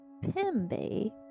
Pimbe